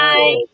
Bye